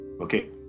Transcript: okay